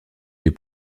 des